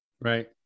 Right